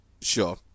Sure